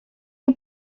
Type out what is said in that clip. nie